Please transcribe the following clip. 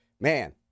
man